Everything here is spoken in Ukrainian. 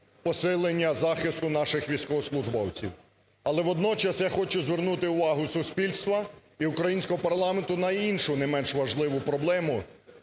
посилення захисту наших військовослужбовців. Але водночас я хочу звернути увагу суспільства і українського парламенту на іншу не менш важливу проблему